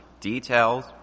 details